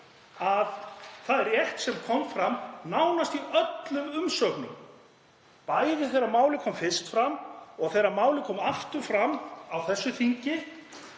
að það er rétt sem kom fram nánast í öllum umsögnum, bæði þegar málið kom fyrst fram og þegar málið kom aftur fram á þessu þingi,